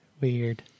Weird